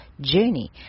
journey